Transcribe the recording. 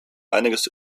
einiges